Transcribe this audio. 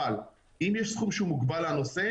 אבל אם יש סכום שהוא מוגבל לנושא,